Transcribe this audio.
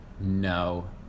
no